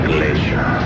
Glacier